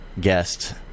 guest